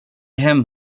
hem